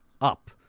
up